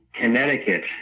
Connecticut